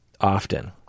often